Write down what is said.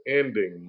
ending